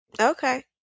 Okay